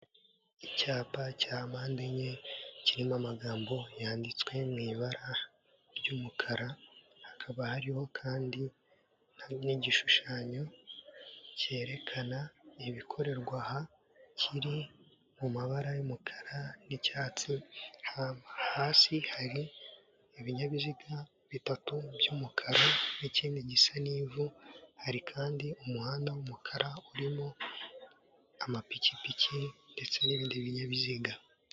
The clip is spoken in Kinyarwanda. Icyapa cya mpande enye kirimo amagambo yanditswe mu ibara ry'umukara, hakaba hariho kandi n'igishushanyo cyerekana ibikorerwa aha kiri mu mabara y'umukara n'icyatsi, haba hasi hari ibinyabiziga bitatu by'umukara n'ikindi gisa n'ivu hari kandi umuhanda w'umukara urimo amapikipiki ndetse n'ibindi binyabiziga.